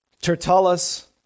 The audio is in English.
Tertullus